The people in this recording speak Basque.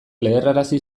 leherrarazi